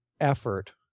effort